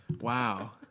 Wow